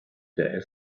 der